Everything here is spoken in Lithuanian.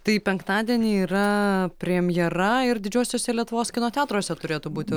tai penktadienį yra premjera ir didžiuosiuose lietuvos kino teatruose turėtų būti